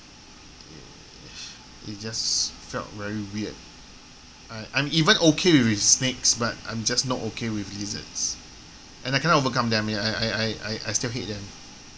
it just felt very weird I I'm even okay with snakes but I'm just not okay with lizards and I cannot overcome them ya I I I I I I still hate them